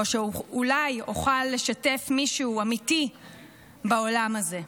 או שאוכל לשתף מישהו אמיתי בעולם הזה.